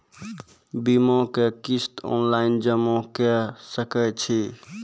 बीमाक किस्त ऑनलाइन जमा कॅ सकै छी?